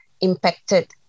impacted